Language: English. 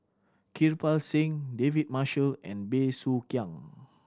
Kirpal Singh David Marshall and Bey Soo Khiang